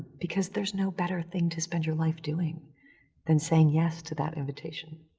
because there's no better thing to spend your life doing than saying yes to that invitation.